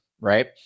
right